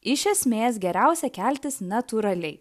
iš esmės geriausia keltis natūraliai